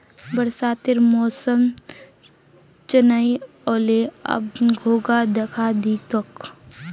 बरसातेर मौसम चनइ व ले, अब घोंघा दखा दी तोक